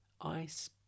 Ice